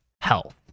health